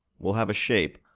we'll have a shape,